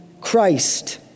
Christ